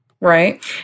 Right